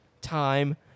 time